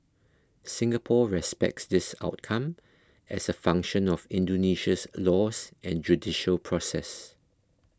Singapore respects this outcome as a function of Indonesia's laws and judicial process